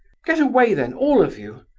get away then, all of you.